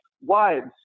wives